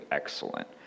excellent